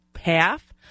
half